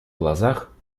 глазах